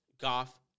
Goff